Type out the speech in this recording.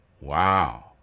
Wow